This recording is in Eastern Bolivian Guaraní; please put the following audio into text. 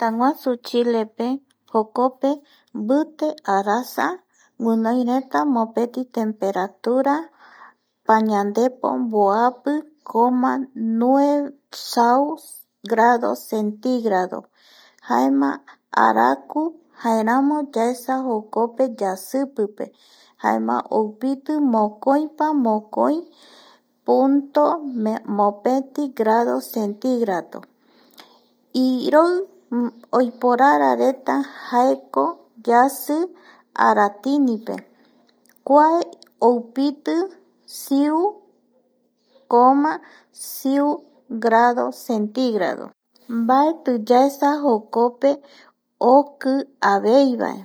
Tëtäguasu Chilepe jokope mbite arasa gunoireta temperatura pañandepo mboapi coma sau grado centígrado jaema araku jaeramo yaesa jokope yasipipepe jaema oipiti mokoipa mokoi punto mopeti grado centígrado iroi oiporarareta jaeko yasi aratinipe kuae oupiti siu coma siu grado mbaeti yaesa jokope okiaveivae